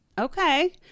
okay